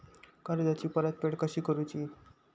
कर्जाची परतफेड कशी करूची?